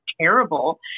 terrible